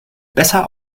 besser